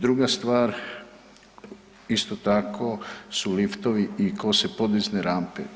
Druga stvar, isto tako, su liftovi i kose podizne rampe.